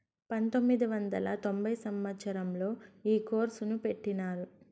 పంతొమ్మిది వందల తొంభై సంవచ్చరంలో ఈ కోర్సును పెట్టినారు